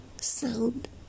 sound